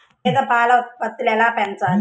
గేదె పాల ఉత్పత్తులు ఎలా పెంచాలి?